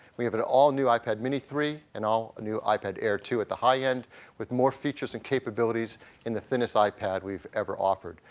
we have an all new ipad mini three and all a new ipad air two at the high end with more features and capabilities in the thinnest ah ipad we've ever offered.